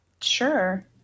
Sure